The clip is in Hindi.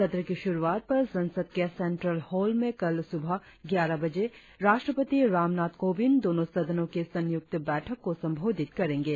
सत्र की शुरुआत पर संसद के सैंट्रल हाल में कल सुबह ग्यारह बजे राष्ट्रपति रामनाथ कोविंद दोनों सदनों की संयुक्त बैठक को संबोधित करेंगे